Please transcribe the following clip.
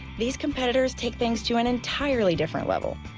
these competitors take things to an entirely different level.